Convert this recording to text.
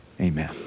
amen